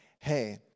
hey